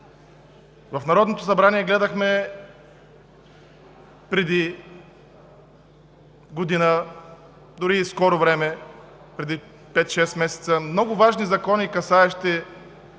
В Народното събрание гледахме преди година, дори и в скоро време – преди пет-шест месеца, много важни закони, касаещи